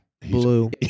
Blue